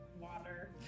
water